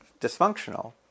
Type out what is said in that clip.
dysfunctional